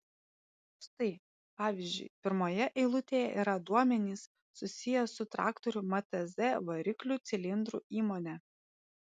štai pavyzdžiui pirmoje eilutėje yra duomenys susiję su traktorių mtz variklių cilindrų įmone